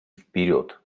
вперед